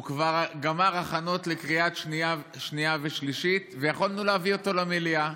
הוא כבר גמר הכנות לקריאה שנייה ושלישית ויכולנו להביא אותו למליאה.